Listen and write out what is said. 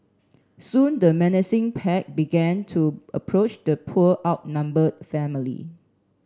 soon the menacing pack began to approach the poor outnumbered family